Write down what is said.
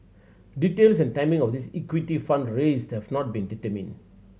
details and timing of this equity fund raising have not been determined